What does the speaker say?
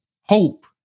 hope